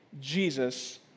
Jesus